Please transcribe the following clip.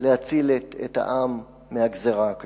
להציל את העם מהגזירה הקשה.